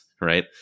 right